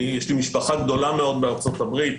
יש לי משפחה גדולה מאוד בארצות הברית,